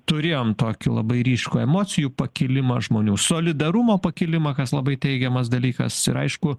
turėjom tokį labai ryškų emocijų pakilimą žmonių solidarumo pakilimą kas labai teigiamas dalykas ir aišku